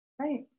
Right